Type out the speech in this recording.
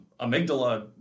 amygdala